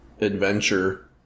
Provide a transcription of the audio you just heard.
Adventure